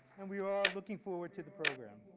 and we are looking forward to the program.